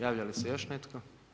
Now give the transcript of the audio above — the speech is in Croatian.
Javlja li se još netko?